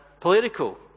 political